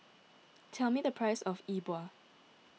tell me the price of Yi Bua